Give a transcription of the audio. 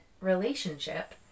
relationship